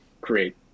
create